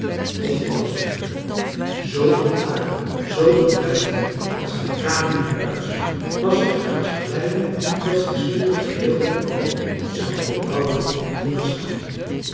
mocht ik wel zeggen zoo onttakeld zoo ontwijd als mijn kamer er nu uitzag was ik er haast blij om dat zij spoedig geheel en al zou ophouden te bestaan